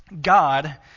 God